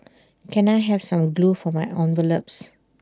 can I have some glue for my envelopes